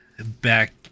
Back